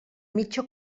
mitja